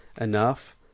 enough